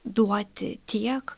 duoti tiek